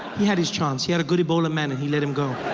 he had his chance, he had a good ebola man and he let him go